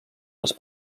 les